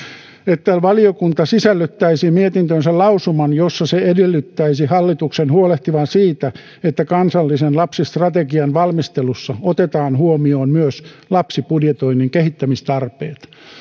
valiokunta sisällyttäisi mietintöönsä lausuman jossa se edellyttäisi hallituksen huolehtivan siitä että kansallisen lapsistrategian valmistelussa otetaan huomioon myös lapsibudjetoinnin kehittämistarpeet